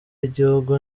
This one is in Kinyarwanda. y’igihugu